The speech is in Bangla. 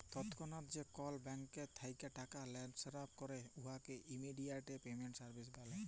তৎক্ষণাৎ যে কল ব্যাংক থ্যাইকে টাকা টেনেসফার ক্যরে উয়াকে ইমেডিয়াতে পেমেল্ট সার্ভিস ব্যলে